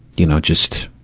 you know, just,